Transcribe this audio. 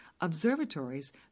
observatories